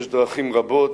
יש דרכים רבות,